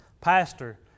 pastor